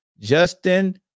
Justin